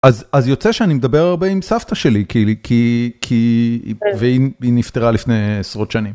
אז יוצא שאני מדבר הרבה עם סבתא שלי כי, כי, והיא נפטרה לפני עשרות שנים.